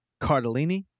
Cardellini